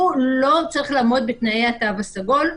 לא צריך לעמוד בתנאי התו הסגול,